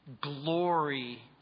glory